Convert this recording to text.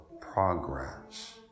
progress